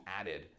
added